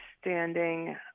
standing